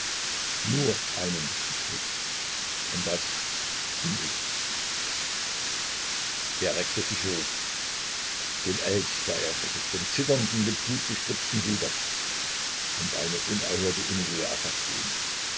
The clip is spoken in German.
nur einen ins glück und das bin ich er reckte sich hoch den elch sah er vor sich den zitternden mit blut bespritzten sieger und eine unerhörte unruhe erfaßte ihn